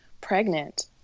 pregnant